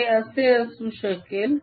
हे असे असू शकेल